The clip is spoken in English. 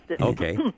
Okay